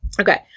Okay